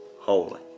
holy